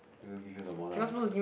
then will give you the model answer